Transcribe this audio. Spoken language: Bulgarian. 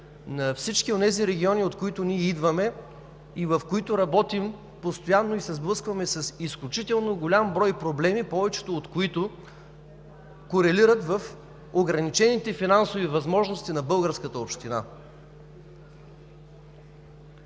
на всички онези региони, от които ние идваме, и в които работим постоянно и се сблъскваме с изключително голям брой проблеми, повечето от които корелират в ограничените финансови възможности на българската община.